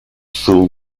full